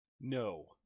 No